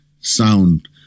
sound